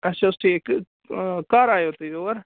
اَچھا حظ ٹھیٖک کَر آییو تُہۍ یور